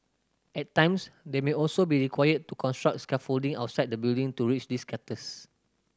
at times they may also be required to construct scaffolding outside the building to reach these captors